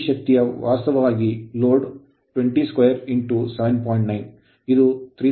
ಈ ಶಕ್ತಿಯ ವಾಸ್ತವವಾಗಿ ಲೋಡ್ 202 7